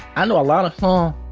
i know a lot of songs.